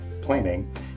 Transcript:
planning